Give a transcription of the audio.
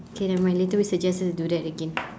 K nevermind later we suggest her to do that again